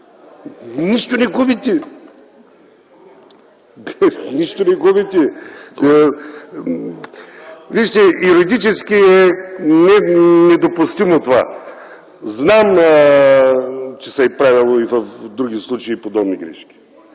Нищо не губите! Нищо не губите! Вижте, юридически това е недопустимо. Знам, че са се правили и в други случаи подобни грешки.